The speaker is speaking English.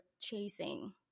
chasing